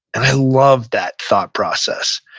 and i love that thought process.